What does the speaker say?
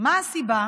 מה הסיבה